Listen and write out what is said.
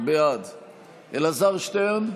בעד אלעזר שטרן,